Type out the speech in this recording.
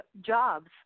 jobs